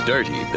dirty